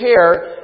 care